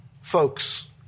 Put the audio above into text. Folks